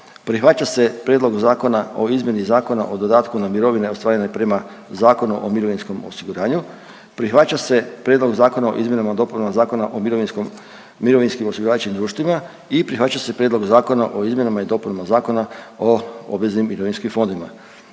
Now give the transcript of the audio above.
prihvaća se Prijedlog zakona o Izmjeni Zakona o dodatku na mirovine ostvarene prema Zakonu o mirovinskom osiguranju, prihvaća se Prijedlog zakona o Izmjenama i dopunama Zakona o mirovinskim osiguravajućim društvima i prihvaća se Prijedlog zakona o Izmjenama i dopunama Zakona o obveznim mirovinskim fondovima.